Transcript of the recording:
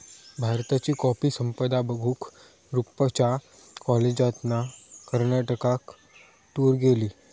भारताची कॉफी संपदा बघूक रूपच्या कॉलेजातना कर्नाटकात टूर गेली